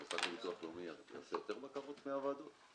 המוסד לביטוח לאומי יעשה יותר בקרות מהוועדות?